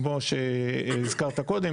כמו שהזכרת קודם,